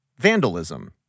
Vandalism